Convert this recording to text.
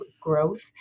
growth